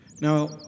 Now